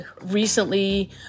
recently